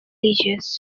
religious